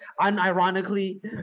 unironically